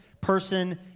Person